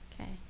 Okay